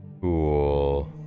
Cool